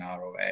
ROA